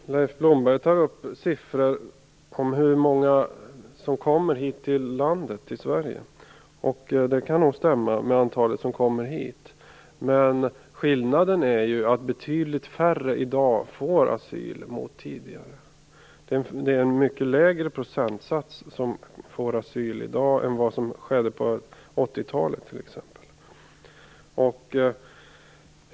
Fru talman! Leif Blomberg tar upp siffror om hur många människor som kommer hit till Sverige. Siffrorna stämmer nog med det antal människor som kommer hit. Men skillnaden är att betydligt färre får asyl i dag jämfört med tidigare. Det är en mycket lägre procentsats människor som får asyl i dag än som fick det på 1980-talet t.ex.